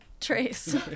Trace